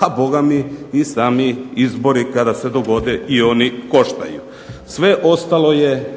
a bogami i sami izbori kada se dogode i oni koštaju. Sve ostalo je